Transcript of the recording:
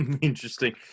Interesting